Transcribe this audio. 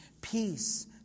peace